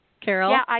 Carol